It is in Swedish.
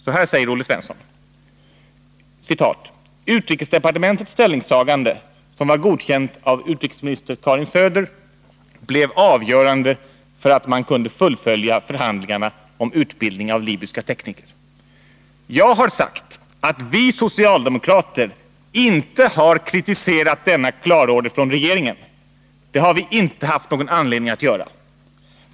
Så här sade Olle Svensson: ”Utrikesdepartementets ställningstagande, som var godkänt av utrikesminister Karin Söder, blev avgörande för att man kunde fullfölja förhandlingarna om utbildning av libyska tekniker. Jag har sagt att vi socialdemokrater inte har kritiserat denna klarorder från regeringen — det har vi inte haft någon anledning att göra.